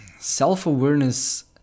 self-awareness